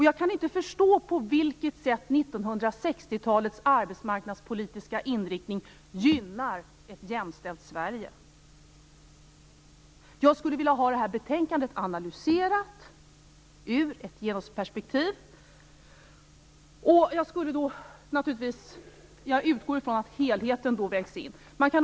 Jag kan inte förstå på vilket sätt 1960 talets arbetsmarknadspolitiska inriktning gynnar ett jämställt Sverige. Jag skulle vilja ha det här betänkandet analyserat ur ett genusperspektiv. Jag utgår ifrån att helheten då vägs in.